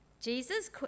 Jesus